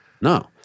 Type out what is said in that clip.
No